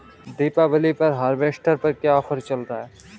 दीपावली पर हार्वेस्टर पर क्या ऑफर चल रहा है?